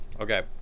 Okay